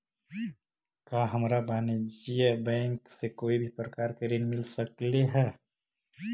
का हमरा वाणिज्य बैंक से कोई भी प्रकार के ऋण मिल सकलई हे?